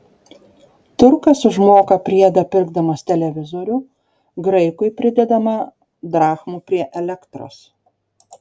turkas užmoka priedą pirkdamas televizorių graikui pridedama drachmų prie elektros